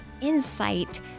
insight